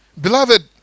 Beloved